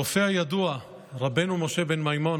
הרופא הידוע רבנו משה בן מימון,